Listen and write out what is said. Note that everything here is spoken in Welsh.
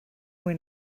mwy